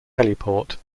heliport